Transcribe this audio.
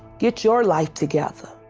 get your life together.